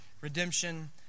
redemption